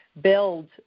build